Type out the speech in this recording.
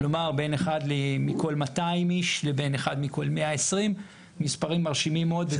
כלומר בין 1 מכל 200 איש לבין 1 מכל 120. מספרים מרשימים מאוד.